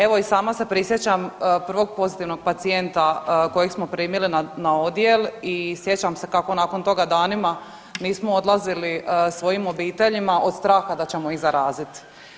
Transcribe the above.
Evo i sama se prisjećam prvog pozitivnog pacijenta kojeg smo primili na odjel i sjećam se kako nakon toga danima nismo odlazili svojim obiteljima od straha da ćemo ih zaraziti.